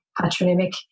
patronymic